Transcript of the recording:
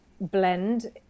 blend